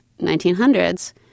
1900s